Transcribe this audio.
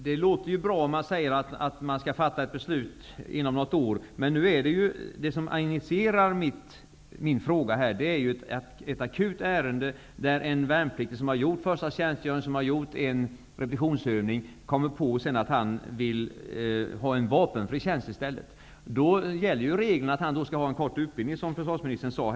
Herr talman! Det låter ju bra att ett beslut skall kunna fattas inom något år, men det som initierat min fråga är ett akut ärende, där en värnpliktig som har gjort sin första tjänstgöring och en repetitionsövning kommit på att han vill ha vapenfri tjänst i stället. Då gäller regeln att han först skall ha en kort utbildning, som försvarsministern sade.